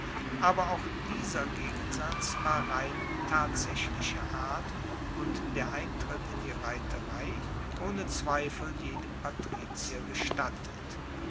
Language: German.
aber auch dieser gegensatz war rein tatsaechlicher art und der eintritt in die reiterei ohne zweifel jedem patrizier gestattet